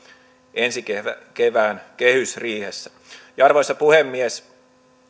ensi kevään kehysriihessä arvoisa puhemies